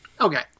okay